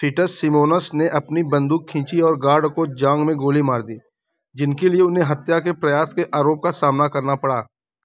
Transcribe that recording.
Fitzsimons ने अपनी बंदूक खींची और गार्ड को जाँघ में गोली मार दी जिनके लिए उन्हें हत्या के प्रयास के आरोप का सामना करना पड़ा